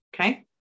okay